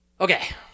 Okay